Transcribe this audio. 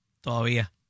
todavía